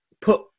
put